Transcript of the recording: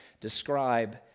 describe